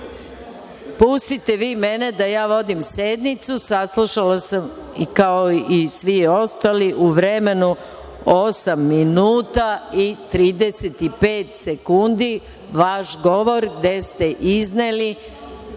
strah.)Pustite vi mene da vodim sednicu. Saslušala sam, kao i svi ostali, u vremenu osam minuta i 35 sekundi vaš govor, gde ste izneli